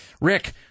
Rick